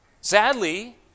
Sadly